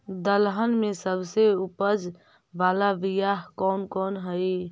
दलहन में सबसे उपज बाला बियाह कौन कौन हइ?